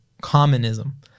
communism